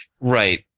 Right